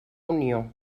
unió